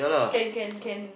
can can can